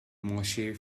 moshe